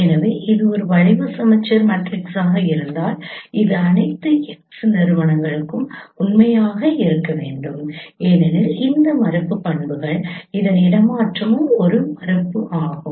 எனவே இது ஒரு வளைவு சமச்சீர் மேட்ரிக்ஸாக இருந்தால் இது அனைத்து X நிறுவனங்களுக்கும் உண்மையாக இருக்க வேண்டும் ஏனெனில் இந்த மறுப்பு பண்புகள் இதன் இடமாற்றமும் ஒரு மறுப்பு ஆகும்